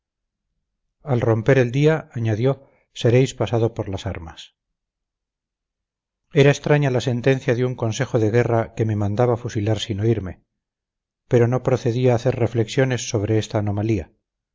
al romper el día añadió seréis pasado por las armas era extraña la sentencia de un consejo de guerra que me mandaba fusilar sin oírme pero no procedía hacer reflexiones sobre esta anomalía